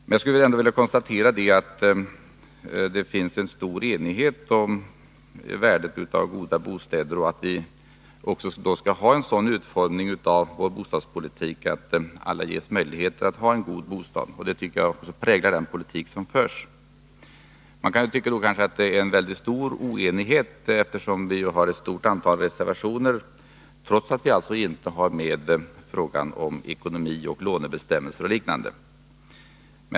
Jag skulle ändå vilja konstatera att det finns en stor enighet om värdet av att ha goda bostäder och att vår bostadspolitik då också skall ha en sådan utformning att alla ges möjlighet till en god bostad. Detta tycker jag präglar den politik som nu förs. Man kanske kan tycka att det råder stor oenighet, eftersom det finns ett stort antal reservationer — trots att vi alltså nu inte har med ekonomi, lånebestämmelser och liknande frågor i debatten.